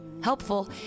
Helpful